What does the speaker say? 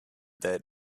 that